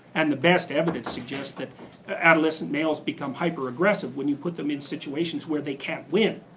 and the best evidence suggests that adolescent males become hyper aggressive when you put them in situations where they can't win.